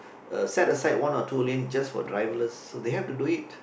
uh set aside one or two lanes just for driverless so they have to do it